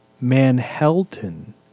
Manhattan